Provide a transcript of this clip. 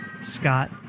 Scott